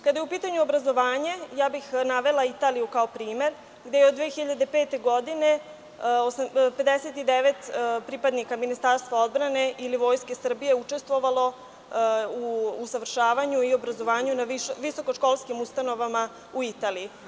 Kada je u pitanju obrazovanje, navela bih Italiju kao primer, gde je od 2005. godine 59 pripadnika Ministarstva odbrane ili Vojske Srbije učestvovalo u usavršavanju i obrazovanju na visokoškolskim ustanovama u Italiji.